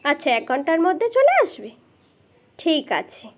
আচ্ছা এক ঘন্টার মধ্যে চলে আসবে ঠিক আছে